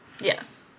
Yes